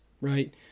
right